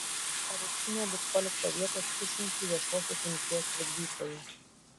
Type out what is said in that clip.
areštinėje bus palikta vietos pusšimčiui viešosios rimties trikdytojų